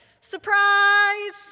Surprise